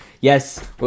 Yes